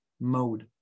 mode